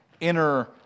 inner